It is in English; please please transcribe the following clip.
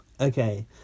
Okay